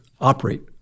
operate